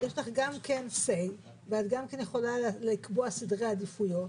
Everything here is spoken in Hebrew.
יש לך גם כן סיי ואת גם כן יכולה לקבוע סדרי עדיפויות.